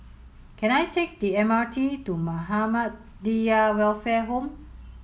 can I take the M R T to Muhammadiyah Welfare Home